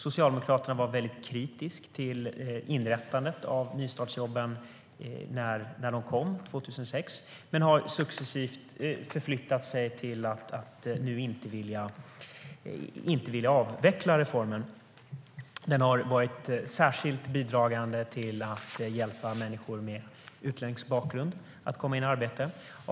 Socialdemokraterna var väldigt kritiska till inrättandet av nystartsjobben 2006 men har successivt flyttat sin ståndpunkt och vill nu inte avveckla reformen. Den har varit särskilt bidragande till att hjälpa människor med utländsk bakgrund att komma in i arbete.